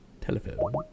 telephone